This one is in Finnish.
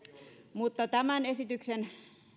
mutta tämän esityksen